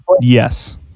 Yes